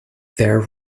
their